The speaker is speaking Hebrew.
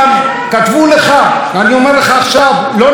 כי באשקלון היה צבע אדום והיו שתי נפילות.